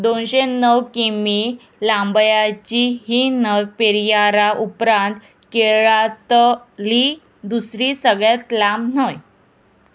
दोनशें णव किमी लांबयाची ही नव पेरियारा उपरांत केरळांतली दुसरी सगळ्यांत लांब न्हंय